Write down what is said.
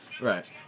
Right